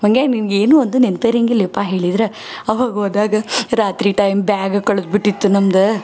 ಮಂಗ್ಯ ನಿನ್ಗೆ ಏನು ಒಂದು ನೆನ್ಪು ಇರಾಂಗಿಲ್ಯಪ್ಪ ಹೇಳಿದ್ರೆ ಅವಾಗ ಹೋದಾಗ ರಾತ್ರಿ ಟೈಮ್ ಬ್ಯಾಗ್ ಕಳೆದುಬಿಟ್ಟಿತ್ ನಮ್ದು